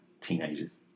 teenagers